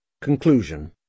Conclusion